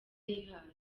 yihaye